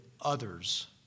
others